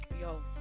Yo